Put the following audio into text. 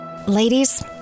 Ladies